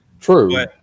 True